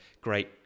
great